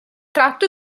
tratto